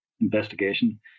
investigation